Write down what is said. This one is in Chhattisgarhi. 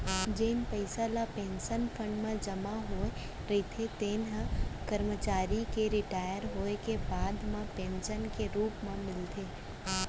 जेन पइसा ल पेंसन फंड म जमा होए रहिथे तेन ह करमचारी के रिटायर होए के बाद म पेंसन के रूप म मिलथे